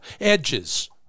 edges